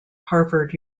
harvard